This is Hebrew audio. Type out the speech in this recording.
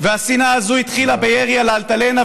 השנאה הזאת התחילה בירי על אלטלנה,